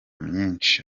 myinshi